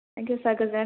thank you sir गोजोनथों